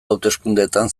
hauteskundeetan